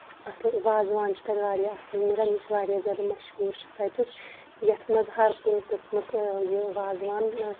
اَصٕل وازٕوان چھُ تَتہِ واریاہ اَصٕل مِلان یُس واریاہ زیادٕ مَشہوٗر چھُ تَتُیک یَتھ منٛز ہر کُنہِ قٕسمُک یہِ وازٕوان